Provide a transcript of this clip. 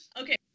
okay